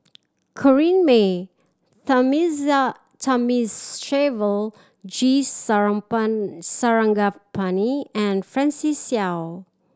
Corrinne May Thamizhavel G Sarangapani and Francis Seow